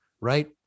right